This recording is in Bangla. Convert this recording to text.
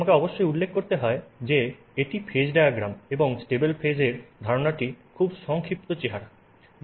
আমাকে অবশ্যই উল্লেখ করতে হয় যে এটি ফেজ ডায়াগ্রাম এবং স্টেবল ফেজ এর ধারণাটির খুব সংক্ষিপ্ত চেহারা দেখব